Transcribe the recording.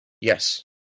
yes